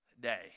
day